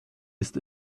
ist